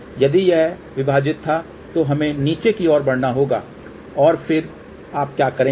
यदि यह विभाजित था तो हमें नीचे की ओर बढ़ना होगा और फिर आप क्या करेंगे